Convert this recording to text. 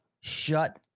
shut